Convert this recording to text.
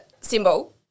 symbol